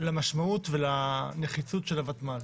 את המשמעות והנחיצות של הותמ"ל.